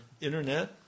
internet